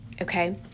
okay